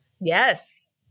Yes